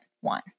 one